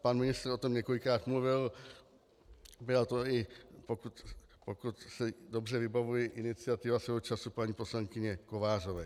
Pan ministr o tom několikrát mluvil, byla to, i pokud si dobře vybavuji, iniciativa svého času paní poslankyně Kovářové.